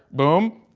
boom!